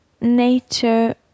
nature